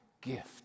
gift